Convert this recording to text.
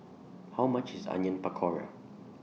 How much IS Onion Pakora